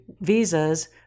visas